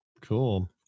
Cool